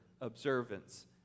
observance